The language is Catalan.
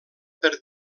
per